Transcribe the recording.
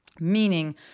meaning